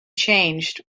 changed